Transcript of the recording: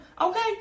Okay